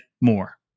more